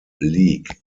league